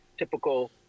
Typical